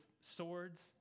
swords